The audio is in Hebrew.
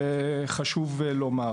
וחשוב לומר